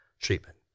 treatment